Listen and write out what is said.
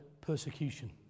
persecution